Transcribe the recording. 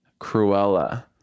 Cruella